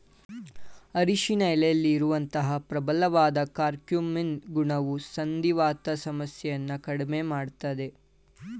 ಅರಿಶಿನ ಎಲೆಲಿ ಇರುವಂತ ಪ್ರಬಲವಾದ ಕರ್ಕ್ಯೂಮಿನ್ ಗುಣವು ಸಂಧಿವಾತ ಸಮಸ್ಯೆಯನ್ನ ಕಡ್ಮೆ ಮಾಡ್ತದೆ